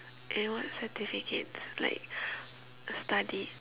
and what certificates like study